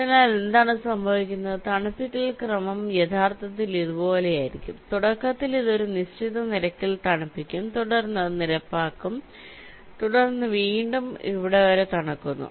അതിനാൽ എന്താണ് സംഭവിക്കുന്നത് തണുപ്പിക്കൽ ക്രമം യഥാർത്ഥത്തിൽ ഇതുപോലെയായിരിക്കും തുടക്കത്തിൽ ഇത് ഒരു നിശ്ചിത നിരക്കിൽ തണുപ്പിക്കും തുടർന്ന് അത് നിരപ്പാക്കും തുടർന്ന് വീണ്ടും ഇവിടെ വരെ തണുക്കുന്നു